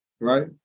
Right